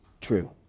true